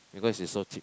because it's so cheap